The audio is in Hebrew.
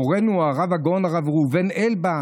מורנו הרב הגאון הרב ראובן אלבז,